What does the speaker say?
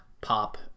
pop